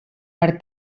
per